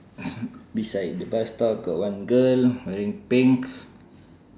beside the bus stop got one girl wearing pink